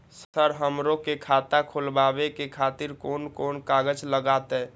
Sir हमरो के खाता खोलावे के खातिर कोन कोन कागज लागते?